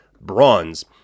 bronze